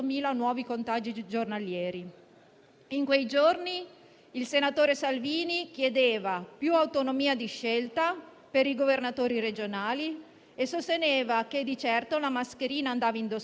Il capogruppo della Lega Molinari si chiedeva a cosa servisse la proroga dello stato di emergenza e anche il presidente dei deputati di Fratelli d'Italia Francesco Lollobrigida si era espresso in modo critico.